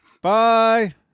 Bye